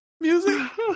music